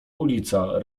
ulica